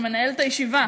שמנהל את הישיבה,